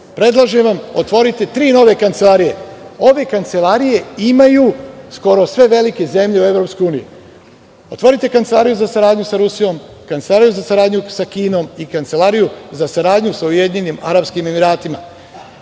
Predlažem vam, otvorite tri nove kancelarije. Ove kancelarije imaju skoro sve velike zemlje EU. Otvorite kancelariju za saradnju sa Rusijom, kancelariju za saradnju sa Kinom, kancelariju za saradnju sa UAE.